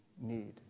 need